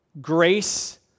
Grace